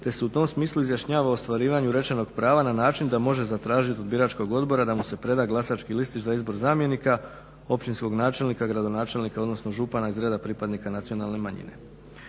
te se u tom smislu izjašnjava o ostvarivanju rečenog prava na način da može zatražiti od biračkog odbora da mu se preda glasački listić za izbor zamjenika općinskog načelnika, gradonačelnika, odnosno župana iz reda pripadnika nacionalne manjine.